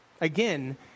Again